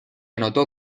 anotó